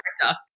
character